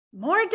More